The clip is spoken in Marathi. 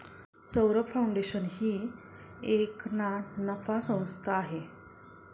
सौरभ फाऊंडेशन ही एक ना नफा संस्था आहे